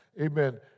Amen